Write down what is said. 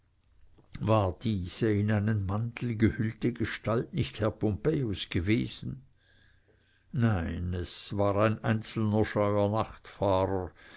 war diese in einen mantel gehüllte gestalt nicht herr pompejus gewesen nein es war ein einzelner